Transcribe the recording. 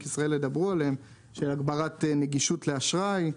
ישראל ידברו עליהן של הגברת נגישות לאשראי,